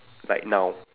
like now